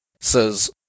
says